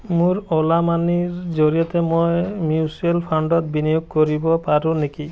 মোৰ অ'লা মানিৰ জৰিয়তে মই মিউচুৱেল ফাণ্ডত বিনিয়োগ কৰিব পাৰোঁ নিকি